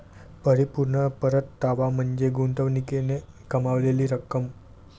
परिपूर्ण परतावा म्हणजे गुंतवणुकीने कमावलेली रक्कम